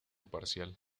parcial